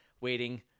waiting